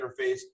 interface